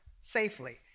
safely